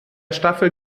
staffel